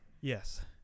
Yes